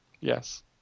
Yes